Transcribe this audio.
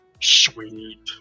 Sweet